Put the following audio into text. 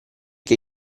che